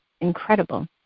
incredible